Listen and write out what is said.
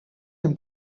him